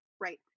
right